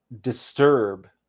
disturb